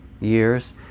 years